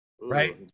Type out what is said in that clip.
Right